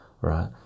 right